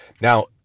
Now